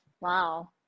wow